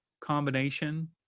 combination